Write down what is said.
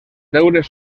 deures